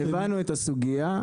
הבנו את הסוגייה,